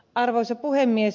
arvoisa puhemies